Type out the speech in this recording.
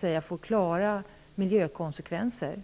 Det får klara miljökonsekvenser.